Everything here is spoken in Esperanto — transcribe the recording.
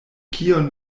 kion